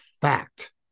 fact